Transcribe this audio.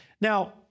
Now